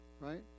right